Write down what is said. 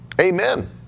Amen